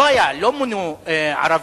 לא היה, לא מונו ערבים.